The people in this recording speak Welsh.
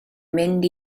mynd